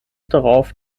darauf